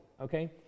okay